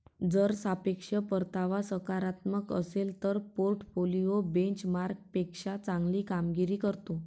जर सापेक्ष परतावा सकारात्मक असेल तर पोर्टफोलिओ बेंचमार्कपेक्षा चांगली कामगिरी करतो